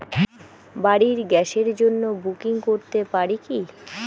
বাড়ির গ্যাসের জন্য বুকিং করতে পারি কি?